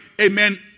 amen